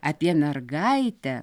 apie mergaitę